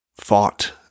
fought